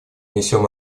несем